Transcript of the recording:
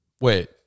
Wait